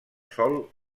sol